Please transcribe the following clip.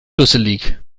dusselig